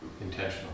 intentional